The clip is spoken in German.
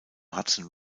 hudson